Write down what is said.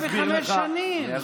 ב-35 שנים.